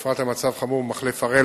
בפרט המצב חמור במחלף הראל,